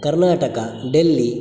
Karnataka Delhi